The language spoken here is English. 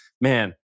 man